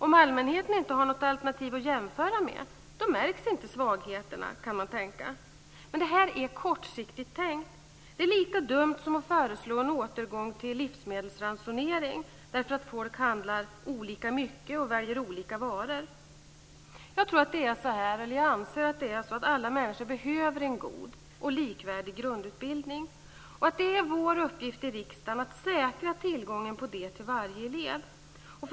Om allmänheten inte har något alternativ att jämföra med märks inte svagheterna, kan man tänka. Men det är kortsiktigt tänkt. Det är lika dumt som att föreslå en återgång till livsmedelsransonering därför att folk handlar olika mycket och väljer olika varor. Jag anser att alla människor behöver en god och likvärdig grundutbildning. Det är vår uppgift i riksdagen att säkra tillgången på det till varje elev.